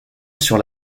sur